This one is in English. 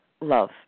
love